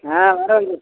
ஆ வர வைக்கிறோம்